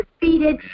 defeated